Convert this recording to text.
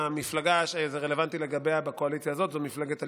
המפלגה שזה רלוונטי לגביה בקואליציה הזאת היא מפלגת הליכוד,